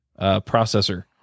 processor